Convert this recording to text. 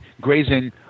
grazing